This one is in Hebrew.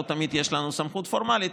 לא תמיד יש לנו סמכות פורמלית,